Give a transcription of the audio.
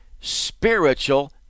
spiritual